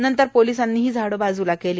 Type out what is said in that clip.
नंतर पोलिसांनी झाडे बाजूला केली